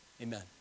amen